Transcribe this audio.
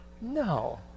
No